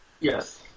Yes